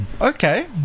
Okay